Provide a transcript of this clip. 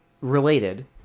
related